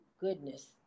goodness